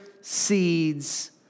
seeds